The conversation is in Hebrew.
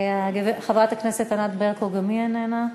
חברת הכנסת ענת ברקו, גם היא איננה.